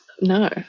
No